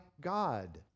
God